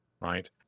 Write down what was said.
right